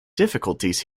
difficulties